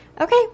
Okay